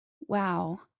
wow